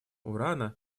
урана